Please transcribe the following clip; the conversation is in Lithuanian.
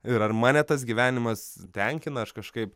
ir ar mane tas gyvenimas tenkina aš kažkaip